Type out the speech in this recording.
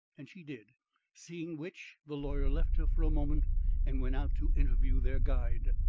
and she did seeing which, the lawyer left her for a moment and went out to interview their guide.